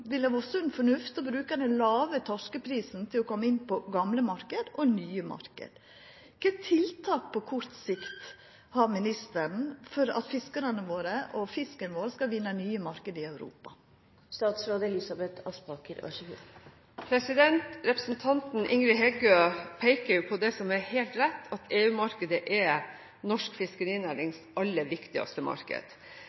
ville vore sunn fornuft: å bruka den låge torskeprisen til å koma inn på gamle og nye marknader. Kva for tiltak på kort sikt har ministeren for at fiskarane våre og fisken vår skal vinna nye marknader i Europa? Representanten Ingrid Heggø peker på noe som er helt rett; at EU-markedet er norsk